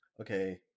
Okay